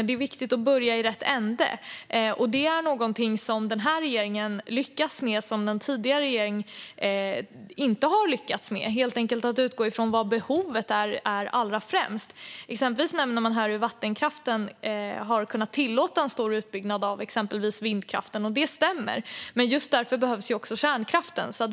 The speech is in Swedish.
Det är viktigt att börja i rätt ände. Det denna regering har lyckats med till skillnad från den förra regeringen är att utgå från störst behov. Här nämndes att vattenkraften har kunnat tillåta en stor utbyggnad av vindkraften, vilket stämmer. Men här behövs också kärnkraften.